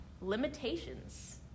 limitations